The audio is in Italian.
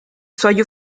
suoi